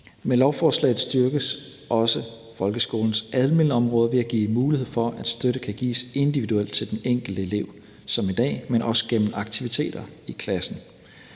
Med lovforslaget styrkes også folkeskolens almenområde ved at give mulighed for, at støtte kan gives individuelt til den enkelte elev som i dag, men også gennem aktiviteter i klassen,